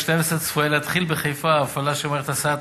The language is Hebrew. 2012 צפויה להתחיל בחיפה הפעלה של מערכת הסעת